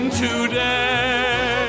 today